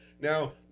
Now